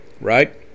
right